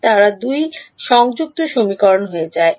তাই তারা সংযুক্ত সমীকরণ হয়ে যায়